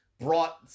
brought